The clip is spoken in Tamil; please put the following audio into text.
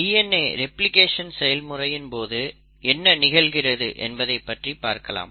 DNA ரெப்ளிகேஷன் செயல்முறையின் போது என்ன நிகழ்கிறது என்பதை பற்றி பார்க்கலாம்